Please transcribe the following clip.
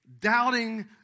Doubting